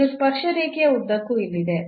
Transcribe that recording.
ಇದು ಸ್ಪರ್ಶ ರೇಖೆಯ ಉದ್ದಕ್ಕೂ ಇಲ್ಲಿದೆ